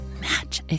match